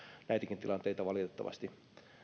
näitäkin tilanteita valitettavasti